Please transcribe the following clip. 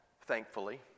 thankfully